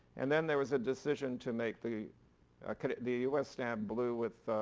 and then there was a decision to make the the us stamp blue with